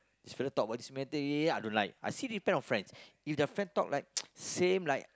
this fellow talk about this matter I don't like I see this kind of friends if the friend talk like same like